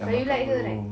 dah makan belum